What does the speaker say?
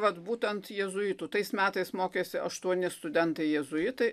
vat būtent jėzuitų tais metais mokėsi aštuoni studentai jėzuitai